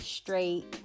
straight